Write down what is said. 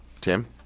Tim